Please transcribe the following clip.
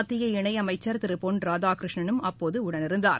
மத்திய இணை அமைச்சர் திரு பொன் ராதாகிருஷ்ணனும் அப்போது உடனிருந்தார்